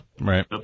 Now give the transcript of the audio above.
Right